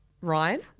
Ryan